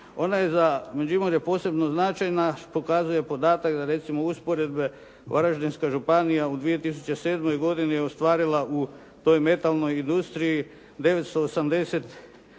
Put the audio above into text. Ona je za Međimurje posebno značajna, pokazuje podatak da recimo usporedbe, Varaždinska županija u 2007. godini je ostvarila u toj metalnoj industriji 985